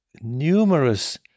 numerous